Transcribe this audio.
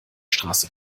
straße